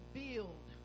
build